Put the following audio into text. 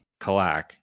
Kalak